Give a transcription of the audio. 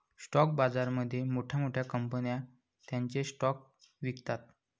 stock बाजारामध्ये मोठ्या मोठ्या कंपन्या त्यांचे स्टॉक्स विकतात